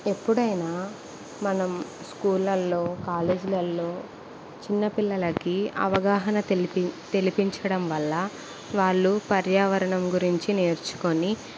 ఎప్పుడైనా మనం స్కూళ్ళల్లో కాలేజీలల్లో చిన్నపిల్లలకి అవగాహన తెలిపి తెలియచేయడం వల్ల వాళ్ళు పర్యావరణం గురించి నేర్చుకొని